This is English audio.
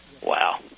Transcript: Wow